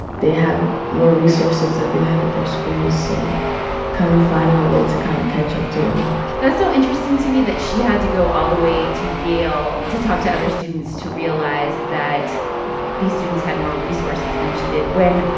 they have more resources that they've had at their schools, so kind of finding a way to kind of catch up to them that's so interesting to me that she had to go all the way to yale to talk to other students to realize that these students had more resources than she did when,